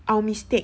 our mistake